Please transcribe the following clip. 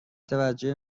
توجه